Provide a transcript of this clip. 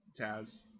Taz